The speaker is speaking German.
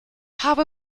habe